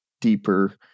deeper